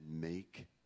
make